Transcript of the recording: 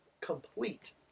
complete